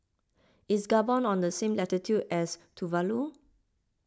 is Gabon on the same latitude as Tuvalu